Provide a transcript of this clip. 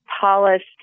polished